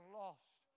lost